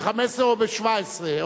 ב-15 או ב-17?